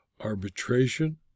arbitration